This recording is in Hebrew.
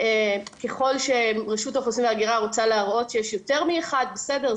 ככל שרשות האוכלוסין וההגירה רוצה להראות שיש יותר מאחד בסדר,